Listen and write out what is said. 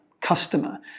customer